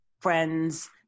friends